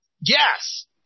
Yes